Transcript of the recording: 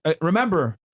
remember